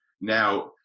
now